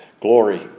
glory